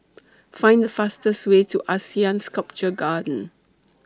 Find The fastest Way to Asean Sculpture Garden